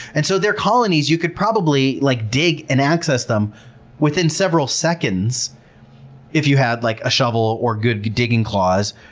and so their colonies, you could probably like dig and access them within several seconds if you had like a shovel or good digging claws,